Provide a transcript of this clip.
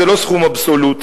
זה לא סכום אבסולוטי,